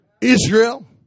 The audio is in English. Israel